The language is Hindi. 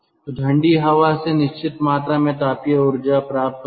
तो ठंडी हवा से निश्चित मात्रा में तापीय ऊर्जा प्राप्त होगी